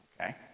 Okay